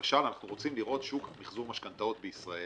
למשל אנחנו רוצים לראות שוק של מחזור משכנתאות בישראל,